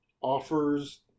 offers